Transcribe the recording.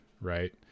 right